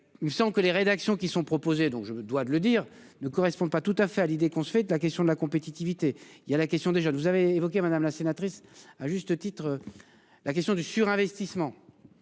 il me semble que les rédactions qui sont proposées. Donc je me dois de le dire, ne correspondent pas tout à fait à l'idée qu'on se fait de la question de la compétitivité. Il y a la question des jeunes, vous avez évoqué, madame la sénatrice, à juste titre. La question du surinvestissement.